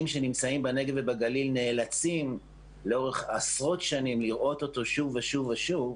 שנמצאים בנגב ובגליל נאלצים לאורך עשרות שנים לראות אותו שוב ושוב ושוב,